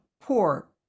poor